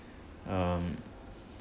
um